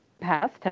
passed